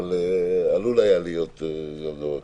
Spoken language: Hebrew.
אבל עלול היה להיות דבר כזה.